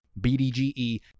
BDGE